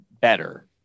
better